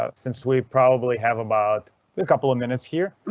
ah since we probably have about a couple of minutes here.